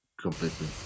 completely